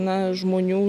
na žmonių